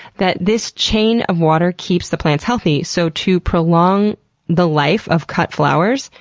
that this chain of water keeps the plants healthy. so to prolong the life of cut flowers,